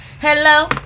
hello